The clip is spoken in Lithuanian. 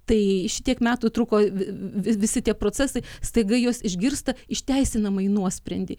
tai šitiek metų truko vi visi tie procesai staiga jos išgirsta išteisinamąjį nuosprendį